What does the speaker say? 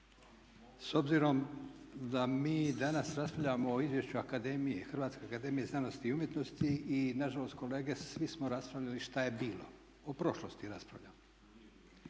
S obzirom da mi danas raspravljamo o Izvješću akademije, Hrvatske akademije znanosti i umjetnosti i nažalost kolege svi smo raspravljali što je bilo, o prošlosti raspravljamo.